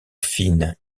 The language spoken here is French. fines